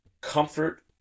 comfort